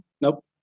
nope